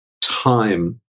time